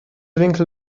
winkel